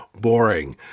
boring